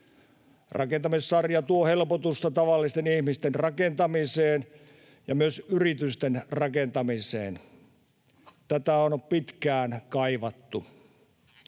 Korjaussarja tuo helpotusta tavallisten ihmisten rakentamiseen ja myös yritysten rakentamiseen. Tätä on pitkään kaivattu.